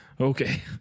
Okay